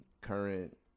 current